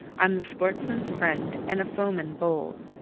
i'm the sportsman's friend, and a foeman bold,